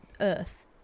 Earth